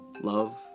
love